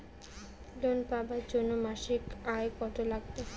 Loan পাবার জন্যে মাসিক আয় কতো লাগবে?